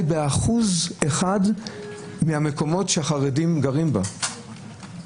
באחוז אחד מהמקומות שהחרדים גרים בהם.